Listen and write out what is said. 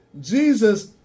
Jesus